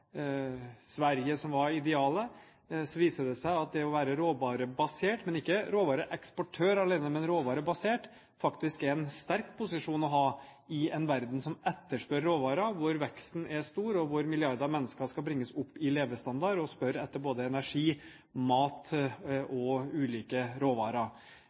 Sverige som var idealet. Så viser det seg at det å være råvarebasert – ikke råvareeksportør alene, men råvarebasert – faktisk er en sterk posisjon å ha i en verden som etterspør råvarer, hvor veksten er stor, og milliarder av mennesker skal bringes opp i levestandard og spør etter både energi, mat og ulike råvarer.